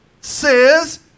says